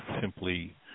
simply